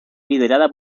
liderada